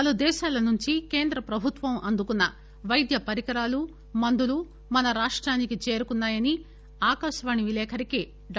పలు దేశాల నుంచి కేంద్రప్రభుత్వం అందుకున్న వైద్య పరికరాలు మందులు మన రాష్టానికి చేరుకున్నాయని ఆకాశవాణి విలేఖరికి డా